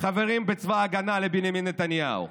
החברים בצבא ההגנה לבנימין נתניהו,